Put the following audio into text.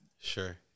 Sure